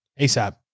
ASAP